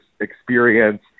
experience